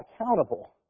accountable